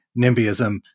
nimbyism